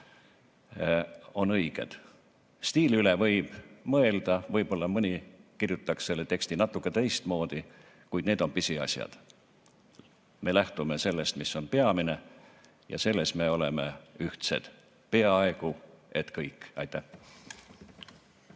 on õiged. Stiili üle võib mõelda, võib-olla mõni kirjutaks selle teksti natuke teistmoodi, kuid need on pisiasjad. Me lähtume sellest, mis on peamine, ja selles me oleme ühtsed, peaaegu et kõik. Aitäh!